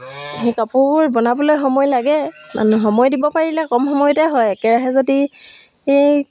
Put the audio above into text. সেই কাপোৰবোৰ বনাবলৈ সময় লাগে মানুহ সময় দিব পাৰিলে কম সময়তে হয় একেৰাহে যদি এই